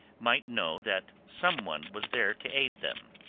might know that some one was there to aid them.